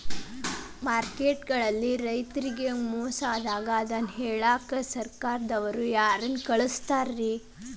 Market ಗಳಲ್ಲಿ ರೈತರಿಗೆ ಮೋಸ ಆದಾಗ ಅದನ್ನ ಕೇಳಾಕ್ ಸರಕಾರದವರು ಯಾರನ್ನಾ ನೇಮಿಸಿರ್ತಾರಿ?